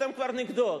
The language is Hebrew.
אתם כבר נגדו,